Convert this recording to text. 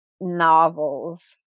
novels